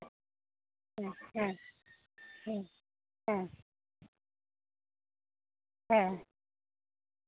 ᱦᱮᱸ ᱦᱮᱸ ᱦᱮᱸ ᱦᱮᱸ ᱦᱮᱸ